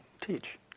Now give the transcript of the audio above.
teach